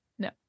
No